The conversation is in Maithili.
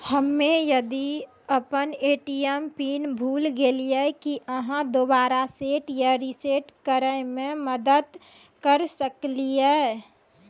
हम्मे यदि अपन ए.टी.एम पिन भूल गलियै, की आहाँ दोबारा सेट या रिसेट करैमे मदद करऽ सकलियै?